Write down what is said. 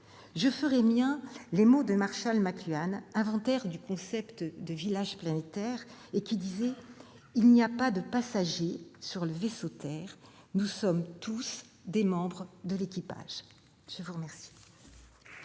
je ferai miens les mots de Marshall McLuhan, inventeur du concept de village planétaire :« Il n'y a pas de passagers sur le vaisseau Terre ; nous sommes tous des membres de l'équipage. » La parole